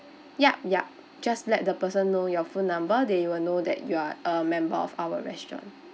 ya ya just let the person know your phone number they will know that you are a member of our restaurant